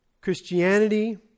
Christianity